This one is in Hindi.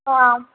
हाँ